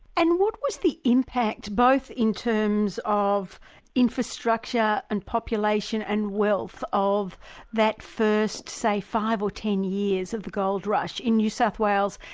and what was the impact both in terms of infrastructure and population and wealth of that first, say, five or ten years of the gold rush in new south wales,